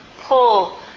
pull